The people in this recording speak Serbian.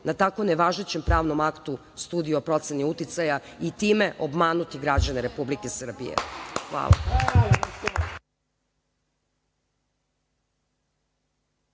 na tako nevažećem pravnom aktu studiju o proceni uticaja i time obmanuti građane Republike Srbije. Hvala.